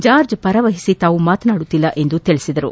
George ಪರವಹಿಸಿ ತಾವು ಮಾತನಾಡುತ್ತಿಲ್ಲ ಎಂದು ತಿಳಿಸಿದರು